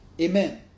Amen